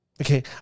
okay